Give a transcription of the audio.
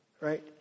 right